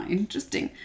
Interesting